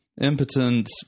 impotent